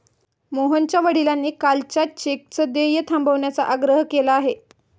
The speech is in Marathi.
मोहनच्या वडिलांनी कालच्या चेकचं देय थांबवण्याचा आग्रह केला आहे